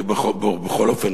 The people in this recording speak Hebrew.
כי בכל אופן,